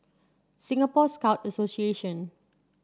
Singapore Scout Association